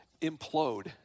implode